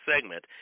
segment